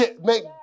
make